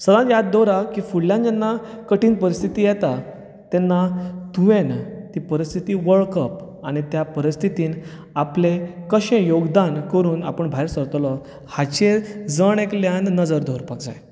सदांच याद दवरात की फुडल्यान जेन्ना कठीण परिस्थिती येता तेन्ना तुवेंन ती परिस्थिती वळखप आनी त्या परिस्थितीन आपलें कशें योगदान करुन आपुण भायर सरतलो हाचेर जण एकल्यान नजर दवरुंक जाय